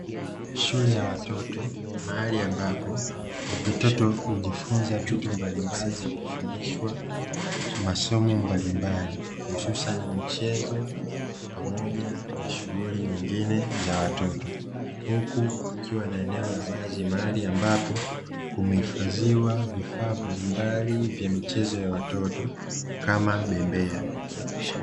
Shule ya watoto mahali ambapo vitoto hujifunza vitu mbalimbali na kufundishwa masomo mbalimbali hususani michezo pamoja na shughuli nyingine za watoto, huku kukiwa na eneo la wazi mahali ambapo kumehifadhiwa vifaa mbalimbali vya michezo ya watoto kama bembea.